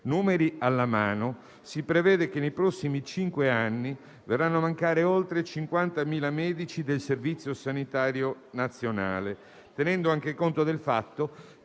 Numeri alla mano, si prevede che nei prossimi cinque anni verranno a mancare oltre 50.000 medici del Servizio sanitario nazionale, tenendo anche conto del fatto